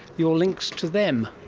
your links to them.